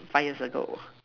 five years ago